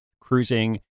cruising